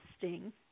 interesting